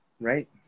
Right